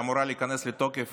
שאמורה להיכנס לתוקף